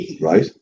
Right